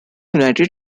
united